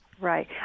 Right